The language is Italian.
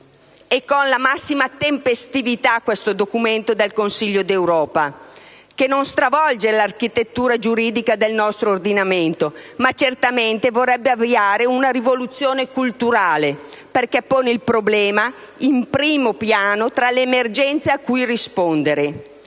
e con la massima tempestività questo documento del Consiglio d'Europa, che non stravolge l'architettura giuridica del nostro ordinamento, ma certamente vorrebbe avviare una rivoluzione culturale, perché pone il problema in primo piano tra le emergenze a cui rispondere.